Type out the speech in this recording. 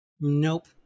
Nope